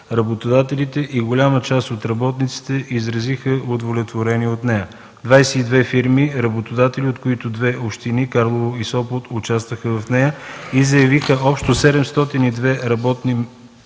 Работодателите и голяма част от работниците изразиха удовлетворение от нея. Двадесет и две фирми работодатели, от които две общини – Карлово и Сопот, участваха в нея и заявиха общо 702 работни